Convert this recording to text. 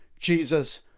Jesus